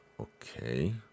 okay